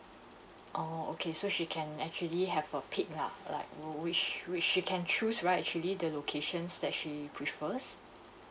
oh okay so she can actually have a pick lah like you know which which she can choose right actually the locations that she prefers